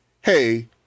hey